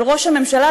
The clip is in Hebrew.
של ראש הממשלה,